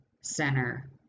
center